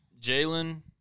Jalen